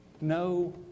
no